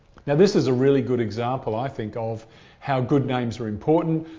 yeah this is a really good example i think of how good names are important.